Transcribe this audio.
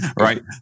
right